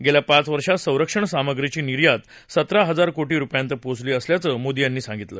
गेल्या पाच वर्षात संरक्षण सामग्रीची निर्यात सतरा हजार कोटी रुपयांपर्यंत पोहोचली असल्याचं मोदी यांनी सांगितलं